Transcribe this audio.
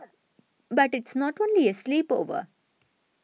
but it's not only a sleepover